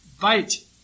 bite